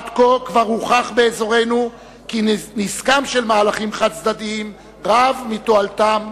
עד כה כבר הוכח באזורנו כי נזקם של מהלכים חד-צדדיים רב מתועלתם,